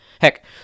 Heck